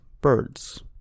birds